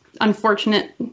unfortunate